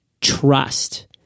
trust